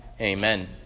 Amen